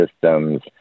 systems